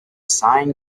sign